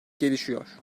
gelişiyor